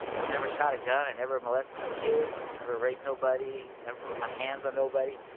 i've never shot a gun. i never molested no kids, never raped nobody, never put my hands are nobody.